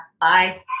Bye